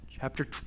chapter